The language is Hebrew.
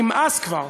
נמאס כבר.